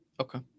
Okay